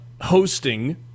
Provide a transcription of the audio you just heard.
hosting